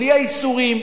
בלי האיסורים,